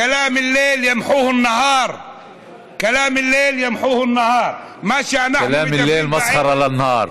(אומר בערבית ומתרגם:) מה שאנחנו מדברים בערב,